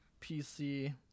pc